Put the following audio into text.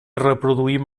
reproduïm